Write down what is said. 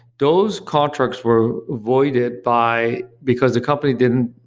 those contracts were voided by, because the company didn't,